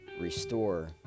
restore